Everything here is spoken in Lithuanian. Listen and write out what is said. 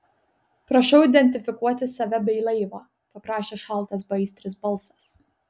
prašau identifikuoti save bei laivą paprašė šaltas beaistris balsas